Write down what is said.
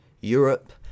Europe